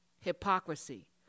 Hypocrisy